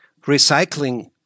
recycling